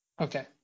Okay